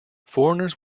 foreigners